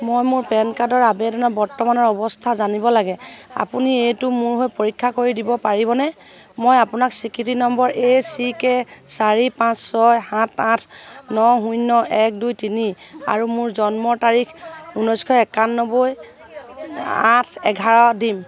মই মোৰ পেন কাৰ্ডৰ আবেদনৰ বৰ্তমানৰ অৱস্থা জানিব লাগে আপুনি এইটো মোৰ হৈ পৰীক্ষা কৰি দিব পাৰিবনে মই আপোনাক স্বীকৃতি নম্বৰ এ চি কে চাৰি পাঁচ ছয় সাত আঠ ন শূন্য এক দুই তিনি আৰু মোৰ জন্মৰ তাৰিখ ঊনৈশ একানব্বৈ আঠ এঘাৰ দিন